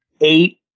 eight